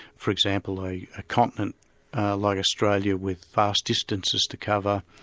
for example, a continent like australia with vast distances to cover,